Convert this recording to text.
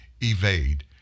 evade